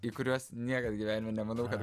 į kuriuos niekad gyvenime nemanau kad